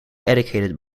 educated